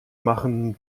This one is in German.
machen